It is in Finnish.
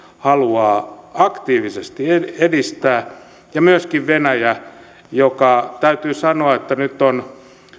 haluaa aktiivisesti edistää myöskin venäjä täytyy sanoa että nyt on